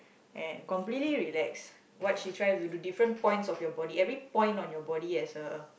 and completely relax what she tries to different points of your body every point on your body has a